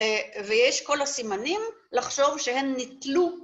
‫ויש כל הסימנים, ‫לחשוב שהם ניטלו...